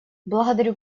благодарю